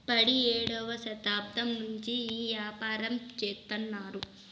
పడియేడవ శతాబ్దం నుండి ఈ యాపారం చెత్తన్నారు